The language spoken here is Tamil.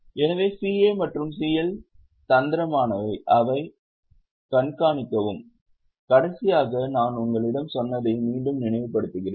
எனவே CA மற்றும் CL தந்திரமானவை அதைக் கண்காணிக்கவும் கடைசியாக நான் உங்களிடம் சொன்னதை மீண்டும் நினைவுபடுத்துகிறேன்